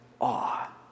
awe